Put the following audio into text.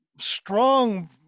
strong